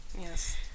Yes